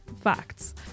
...facts